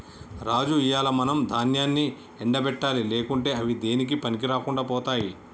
రాజు ఇయ్యాల మనం దాన్యాన్ని ఎండ పెట్టాలి లేకుంటే అవి దేనికీ పనికిరాకుండా పోతాయి